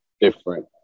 different